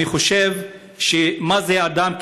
אני חושב שמה זה אדם,